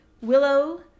willow